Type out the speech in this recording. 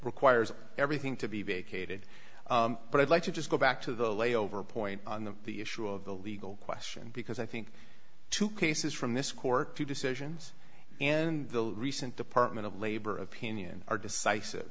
requires everything to be vacated but i'd like to just go back to the layover point on the the issue of the legal question because i think two cases from this court decisions and the recent department of labor opinion are decisive